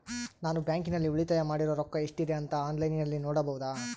ನಾನು ಬ್ಯಾಂಕಿನಲ್ಲಿ ಉಳಿತಾಯ ಮಾಡಿರೋ ರೊಕ್ಕ ಎಷ್ಟಿದೆ ಅಂತಾ ಆನ್ಲೈನಿನಲ್ಲಿ ನೋಡಬಹುದಾ?